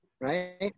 right